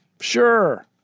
sure